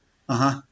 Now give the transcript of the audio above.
(uh huh)